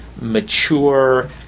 mature